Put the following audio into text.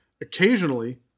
Occasionally